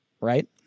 Right